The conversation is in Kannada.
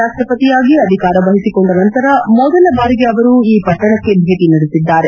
ರಾಷ್ಟಪತಿಯಾಗಿ ಅಧಿಕಾರ ವಹಿಸಿಕೊಂಡ ನಂತರ ಮೊದಲ ಬಾರಿಗೆ ಅವರು ಈ ಪಟ್ಟಣಕ್ಕೆ ಭೇಟ ನೀಡುತ್ತಿದ್ದಾರೆ